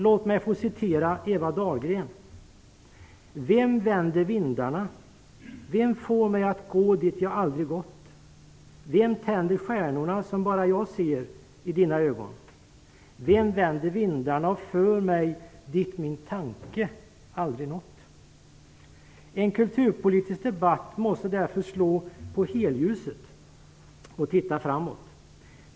Låt mig citera Eva Dahlgren: Vem vänder vindarna? Vem får mig att gå dit jag aldrig gått? Vem tänder stjärnorna som bara jag ser i dina ögon? Vem vänder vindarna och för mig dit min tanke aldrig nått? En kulturpolitisk debatt måste slå på helljuset och titta framåt.